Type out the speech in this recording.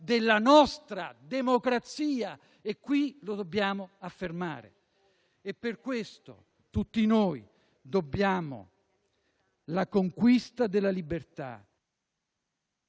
della nostra democrazia e qui lo dobbiamo affermare. Per questo tutti noi dobbiamo la conquista della libertà,